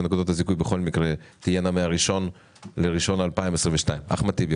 ונקודות הזיכוי בכל מקרה תהיינה מה-1 בינואר 2022. אחמד טיבי,